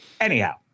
Anyhow